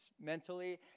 mentally